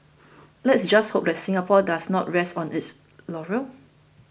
let's just hope that Singapore does not rest on its laurels